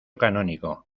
canónico